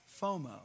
FOMO